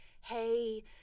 hey